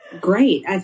Great